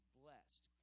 blessed